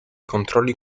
controlli